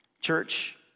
church